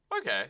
okay